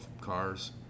cars